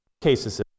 cases